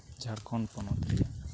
ᱡᱷᱟᱲᱠᱷᱚᱸᱰ ᱯᱚᱱᱚᱛ ᱨᱮᱭᱟᱜ